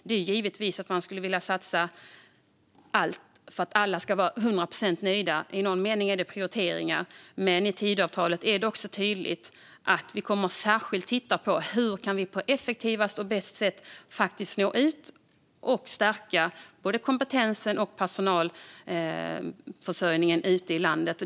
Man skulle givetvis vilja satsa allt för att alla ska vara hundra procent nöjda. I någon mening handlar det om prioriteringar, men i Tidöavtalet är det också tydligt att vi särskilt kommer att titta på hur vi på effektivaste och bästa sätt kan nå ut och stärka både kompetensen och personalförsörjningen ute i landet.